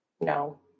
No